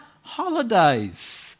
holidays